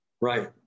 right